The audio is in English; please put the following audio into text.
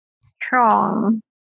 strong